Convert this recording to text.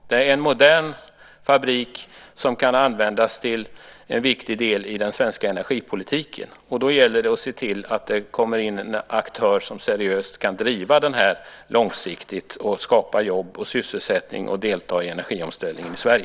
Det är en modern fabrik som kan användas till en viktig del i den svenska energipolitiken. Då gäller det att se till att det kommer in en aktör som seriöst kan driva detta långsiktigt, skapa jobb och sysselsättning och delta i energiomställningen i Sverige.